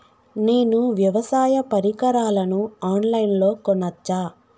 నేను వ్యవసాయ పరికరాలను ఆన్ లైన్ లో కొనచ్చా?